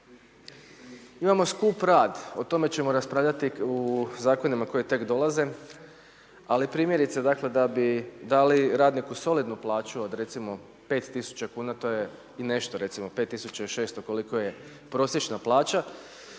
Imamo skup rad, o tome ćemo raspravljati u zakonima koji tek dolaze ali primjerice dakle da bi dali radniku solidnu plaću od recimo 5000 kuna, to je i nešto, recimo 5600 koliko je prosječna plaća,